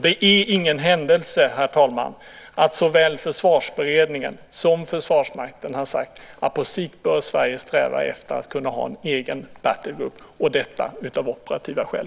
Det är ingen händelse, herr talman, att såväl Försvarsberedningen som Försvarsmakten har sagt att Sverige på sikt bör sträva efter att kunna ha en egen battle group , och detta av operativa skäl.